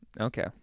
Okay